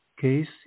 case